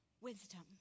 wisdom